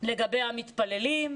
לגבי המתפללים,